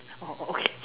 oh okay